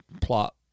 plot